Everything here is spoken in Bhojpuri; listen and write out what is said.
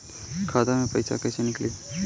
खाता से पैसा कैसे नीकली?